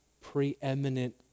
preeminent